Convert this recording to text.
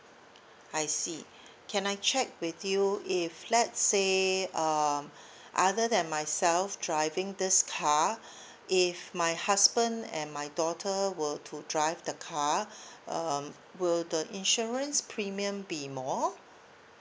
I see can I check with you if let's say um other than myself driving this car if my husband and my daughter were to drive the car um will the insurance premium be more